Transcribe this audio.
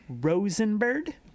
rosenberg